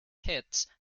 hits